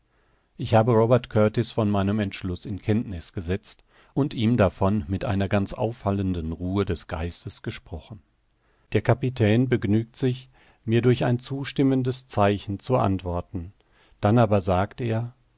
ich habe robert kurtis von meinem entschlusse in kenntniß gesetzt und ihm davon mit einer ganz auffallenden ruhe des geistes gesprochen der kapitän begnügt sich mir durch ein zustimmendes zeichen zu antworten dann aber sagt er